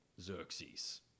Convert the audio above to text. Xerxes